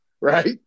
right